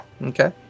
Okay